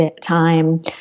time